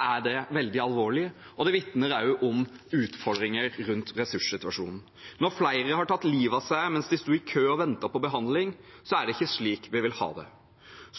er veldig alvorlig, og det vitner også om utfordringer rundt ressurssituasjonen. At flere har tatt livet av seg mens de sto i kø og ventet på behandling, er ikke slik vi vil ha det.